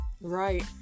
Right